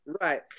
Right